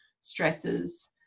stresses